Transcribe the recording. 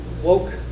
woke